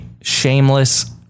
shameless